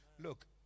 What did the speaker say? Look